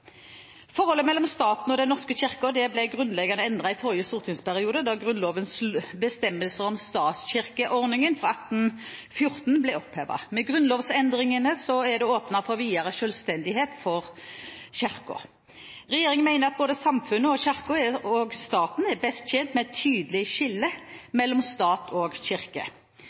Forholdet mellom staten og Den norske kirke ble grunnleggende endret i forrige storingsperiode, da Grunnlovens bestemmelser om statskirkeordningen fra 1814 ble opphevet. Med grunnlovsendringene er det åpnet for videre selvstendighet for kirken. Regjeringen mener at både samfunnet, kirken og staten er best tjent med et tydelig skille mellom stat og kirke.